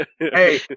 Hey